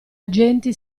agenti